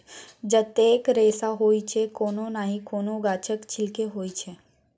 जतेक रेशा होइ छै कोनो नहि कोनो गाछक छिल्के होइ छै